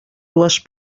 dues